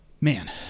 man